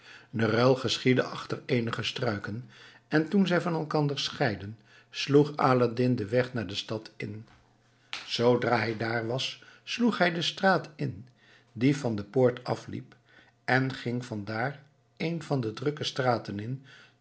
de ruil geschiedde achter eenige struiken en toen zij van elkander scheidden sloeg aladdin den weg naar de stad in zoodra hij daar was sloeg hij de straat in die van de poort afliep en ging van daar een van de drukste straten in